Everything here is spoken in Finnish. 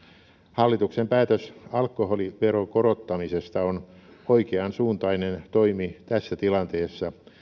hallituksen päätös alkoholiveron korottamisesta on oikeansuuntainen toimi tässä tilanteessa